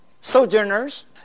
sojourners